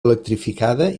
electrificada